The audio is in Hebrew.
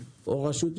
או רשות ממשלתית,